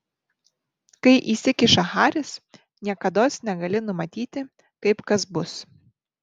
kai įsikiša haris niekados negali numatyti kaip kas bus